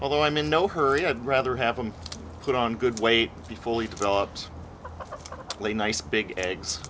although i'm in no hurry i'd rather have them put on good weight be fully developed a nice big eggs